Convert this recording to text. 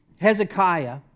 Hezekiah